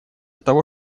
того